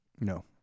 No